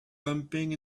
bumping